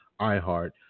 iHeart